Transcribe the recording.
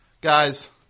Guys